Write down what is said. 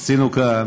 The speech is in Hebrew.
עשינו כאן